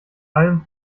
allem